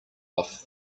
off